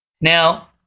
Now